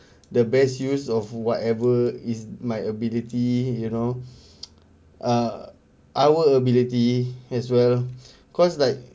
the best use of whatever is my ability you know err our ability as well cause like